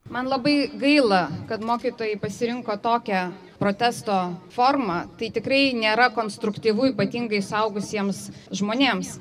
man labai gaila kad mokytojai pasirinko tokią protesto formą tai tikrai nėra konstruktyvu ypatingai suaugusiems žmonėms